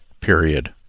period